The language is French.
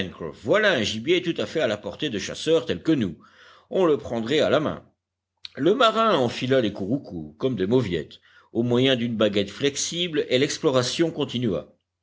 voilà un gibier tout à fait à la portée de chasseurs tels que nous on le prendrait à la main le marin enfila les couroucous comme des mauviettes au moyen d'une baguette flexible et l'exploration continua